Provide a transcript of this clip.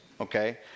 okay